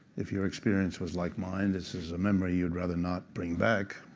if your experience was like mine, this is a memory you'd rather not bring back.